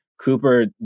Cooper